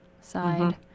side